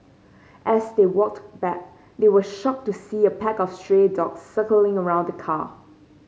as they walked back they were shocked to see a pack of stray dogs circling around the car